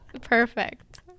perfect